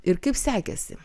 ir kaip sekėsi